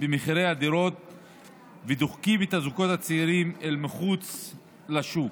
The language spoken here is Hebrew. במחירי הדירות ודוחקים את הזוגות הצעירים אל מחוץ לשוק.